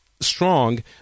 strong